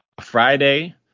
friday